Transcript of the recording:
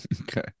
Okay